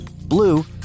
blue